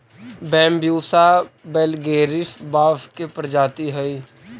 Bambusa vulgaris बाँस के प्रजाति हइ